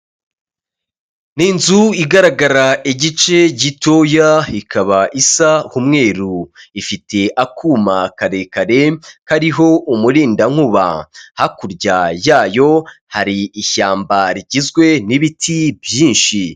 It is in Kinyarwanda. Ni inzu igaragara igice gitoya ikaba isa umweru, ifite akuma karekare kariho umurindankuba hakurya yayo hari ishyamba rigizwe n'ibiti byinshi.